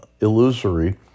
illusory